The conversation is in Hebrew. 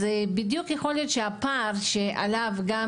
אז בדיוק יכול להיות שהפער שעליו גם